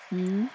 mm